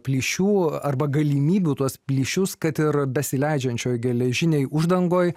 plyšių arba galimybių tuos plyšius kad ir besileidžiančioj geležinėj uždangoj